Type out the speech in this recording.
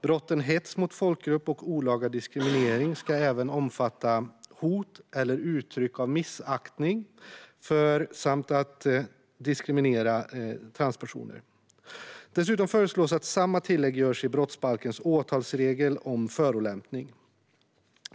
Brotten hets mot folkgrupp och olaga diskriminering ska även omfatta hot och uttryck av missaktning mot samt diskriminering av transpersoner. Dessutom föreslås att samma tillägg görs i brottsbalkens åtalsregel om förolämpning.